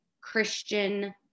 Christian